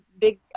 big